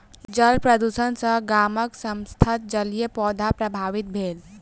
जल प्रदुषण सॅ गामक समस्त जलीय पौधा प्रभावित भेल